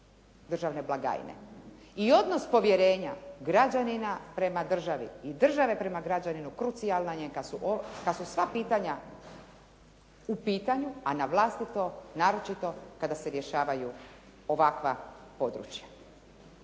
državne blagajne i odnos povjerenja građanina prema državi i države prema građaninu krucijalan je kad su sva pitanja u pitanju, a na vlastito, naročito kada se rješavaju ovakva područja.